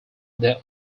their